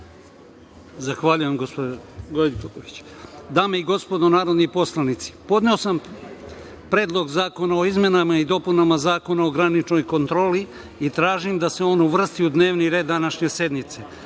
Zahvaljujem, gospođo Gojković. Dame i gospodo narodni poslanici, podneo sam Predlog zakona o izmenama i dopunama Zakona o graničnoj kontroli i tražim da se on uvrsti u dnevni red današnje sednice. Svima